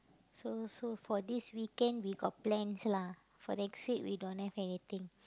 so so for this weekend we got plans lah for next week we don't have anything